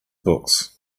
books